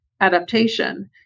adaptation